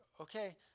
okay